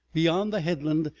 beyond the headland,